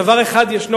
דבר אחד יש בחוק הזה,